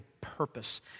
purpose